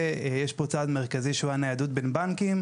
זה יש פה צעד מרכזי שהוא הניידות בין בנקים.